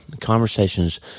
conversations